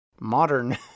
modern